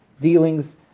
dealings